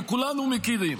וכולנו מכירים.